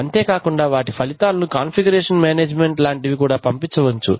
అంతేకాకుండా వాటి ఫలితాలనుకాన్ఫిగురేషన్ మేనేజ్మెంట్ లాంటివి కూడా పంపవచ్చు